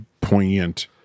poignant